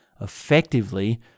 effectively